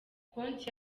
konti